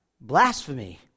Blasphemy